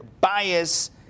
bias